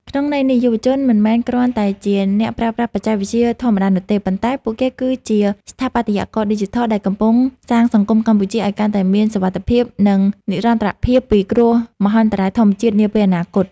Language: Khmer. ក្នុងន័យនេះ យុវជនមិនមែនគ្រាន់តែជាអ្នកប្រើប្រាស់បច្ចេកវិទ្យាធម្មតានោះទេ ប៉ុន្តែពួកគេគឺជា ស្ថាបត្យករឌីជីថល ដែលកំពុងកសាងសង្គមកម្ពុជាឱ្យកាន់តែមានសុវត្ថិភាព និងនិរន្តរភាពពីគ្រោះមហន្តរាយធម្មជាតិនាពេលអនាគត។